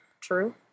true